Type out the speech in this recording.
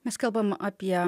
mes kalbam apie